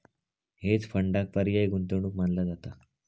hedge फंडांक पर्यायी गुंतवणूक मानला जाता